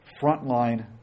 frontline